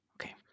okay